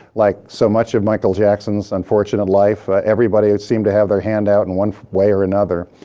like so much of michael jackson's unfortunate life. everybody seemed to have their hand out in one way or another.